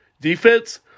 defense